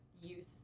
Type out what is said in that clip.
youth